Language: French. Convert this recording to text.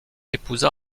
épousa